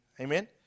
Amen